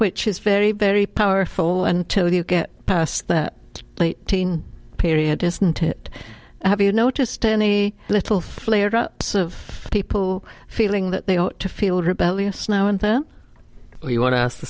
which is very very powerful and till you get past that late teen period distant it have you noticed any little flare ups of people feeling that they ought to feel rebellious now and then you want to ask the